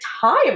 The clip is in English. time